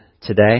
today